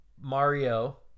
Mario